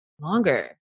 longer